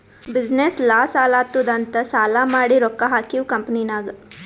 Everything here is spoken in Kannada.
ಬಿಸಿನ್ನೆಸ್ ಲಾಸ್ ಆಲಾತ್ತುದ್ ಅಂತ್ ಸಾಲಾ ಮಾಡಿ ರೊಕ್ಕಾ ಹಾಕಿವ್ ಕಂಪನಿನಾಗ್